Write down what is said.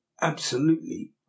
Absolutely